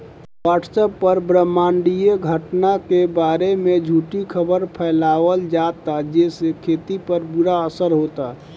WhatsApp पर ब्रह्माण्डीय घटना के बारे में झूठी खबर फैलावल जाता जेसे खेती पर बुरा असर होता